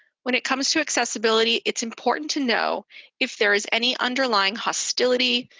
when it comes to accessibility, it's important to know if there is any underlying hostility,